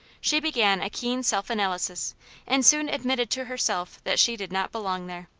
she began keen self-analysis and soon admitted to herself that she did not belong there.